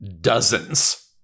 dozens